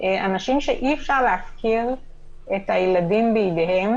אנשים שאי-אפשר להפקיר את הילדים בידיהם